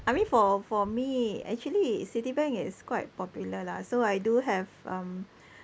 I mean for for me actually Citibank is quite popular lah so I do have um